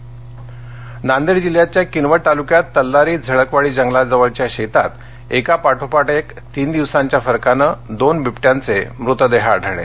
विवटे मत्य नांदेड नांदेड जिल्ह्याच्या किनवट तालुक्यात तल्लारी झळकवाडी जंगला जवळच्या शेतात एकापाठोपाठ तीन दिवसाच्या फरकानं दोन बिबट्यांचे मृतदेह आढळले